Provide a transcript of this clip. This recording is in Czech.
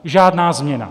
Žádná změna.